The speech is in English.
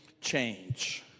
change